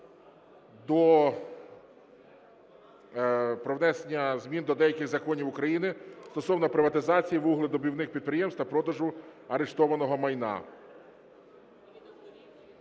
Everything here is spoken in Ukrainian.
про внесення змін до деяких законів України стосовно приватизації вугледобувних підприємств та продажу арештованого майна.